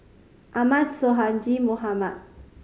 Ahmad Sonhadji Mohamad